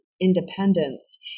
independence